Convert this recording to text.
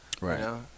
right